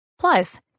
Plus